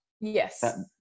Yes